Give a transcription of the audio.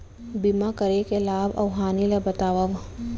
बीमा करे के लाभ अऊ हानि ला बतावव